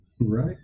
right